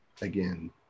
again